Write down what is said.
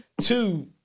Two